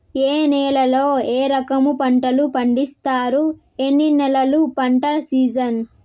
ఏ నేలల్లో ఏ రకము పంటలు పండిస్తారు, ఎన్ని నెలలు పంట సిజన్?